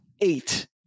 eight